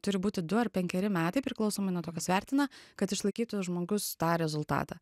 turi būti du ar penkeri metai priklausomai nuo to kas vertina kad išlaikytų žmogus tą rezultatą